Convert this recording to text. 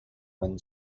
when